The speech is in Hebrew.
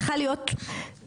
צריכה להיות תקופה,